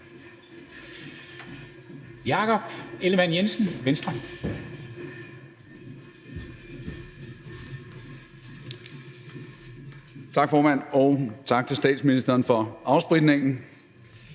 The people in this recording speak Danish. Tak, formand. Og tak til statsministeren for afspritningen.